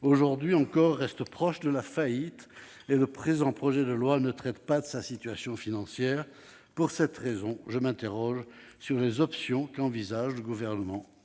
aujourd'hui encore, reste proche de la faillite et le présent projet de loi ne traite pas de sa situation financière. Pour cette raison, je m'interroge sur les options envisagées par le Gouvernement